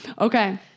Okay